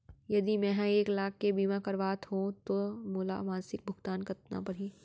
यदि मैं ह एक लाख के बीमा करवात हो त मोला मासिक भुगतान कतना पड़ही?